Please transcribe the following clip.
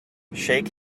shake